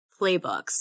playbooks